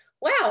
wow